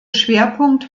schwerpunkt